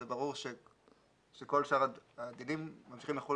זה ברור שכל שאר הדינים ממשיכים לחול